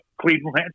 Cleveland